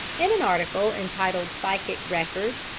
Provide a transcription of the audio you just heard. in an article entitled psychic records,